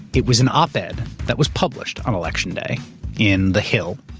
it was an op-ed that that was published on election day in the hill,